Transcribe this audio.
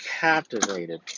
captivated